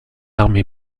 armée